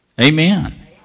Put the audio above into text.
Amen